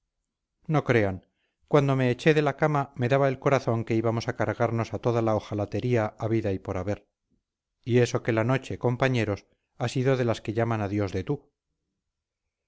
no crean cuando me eché de la cama me daba el corazón que íbamos a cargarnos a toda la ojalatería habida y por haber y eso que la noche compañeros ha sido de las que llaman a dios de tú